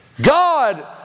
God